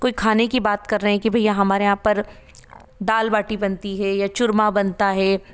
कोई खाने की बात कर रहे हैं कि भईया हमारे यहाँ पर दाल बाटी बनती है या चूरमा बनता है